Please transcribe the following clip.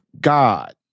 God